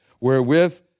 wherewith